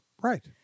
Right